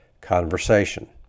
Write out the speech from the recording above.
conversation